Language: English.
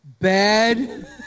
Bad